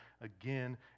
again